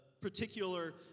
particular